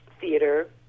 theater